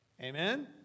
Amen